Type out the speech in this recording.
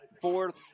Fourth